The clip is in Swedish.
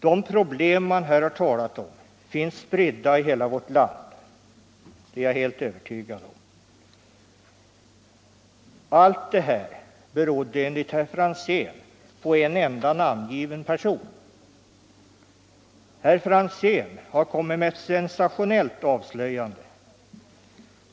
De problem man här har talat om finns spridda i hela vårt land — det är jag alldeles övertygad om. Allt det här berodde enligt herr Franzén på en enda namngiven person. Herr Franzén har kommit med ett sensationellt avslöjande.